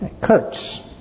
Kurtz